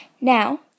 Now